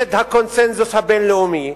נגד הקונסנזוס הבין-לאומי,